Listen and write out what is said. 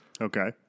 okay